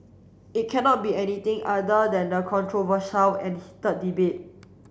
it cannot be anything other than a controversial and heated debate